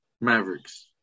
Mavericks